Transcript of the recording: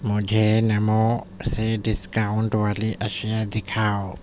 مجھے نمو سے ڈسکاؤنٹ والی اشیاء دکھاؤ